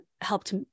helped